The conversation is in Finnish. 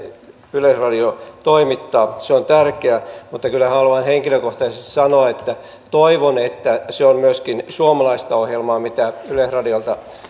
yleisradio toimittaa on tärkeää mutta kyllä haluan henkilökohtaisesti sanoa että toivon että se on myöskin suomalaista ohjelmaa mitä yleisradiolta